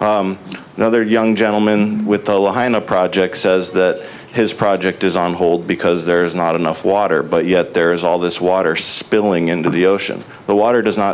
and other young gentleman with a project says that his project is on hold because there's not enough water but yet there's all this water spilling into the ocean the water does not